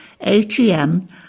ATM